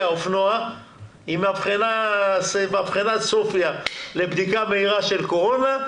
אופנוע עם מבחנת סופיה לבדיקה מהירה של קורונה,